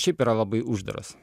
šiaip yra labai uždaros